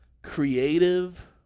Creative